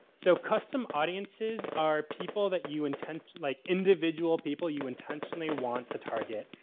so, custom audiences are people that you intent like, individual people you intentionally want to target.